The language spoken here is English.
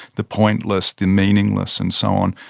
the pointless, the meaningless, and so on.